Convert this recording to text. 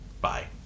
bye